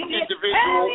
individual